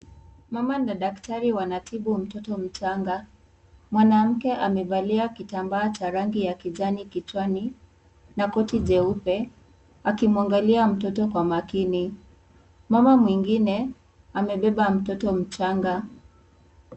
Mama na daktari wanatibu mtoto mchanga, mwanamke amevalia kitambaa cha rangi ya kijani kichwani, na koti jeupe akimwangalia mtoto kwa makini mama mwingine amebeba mtoto mchanga.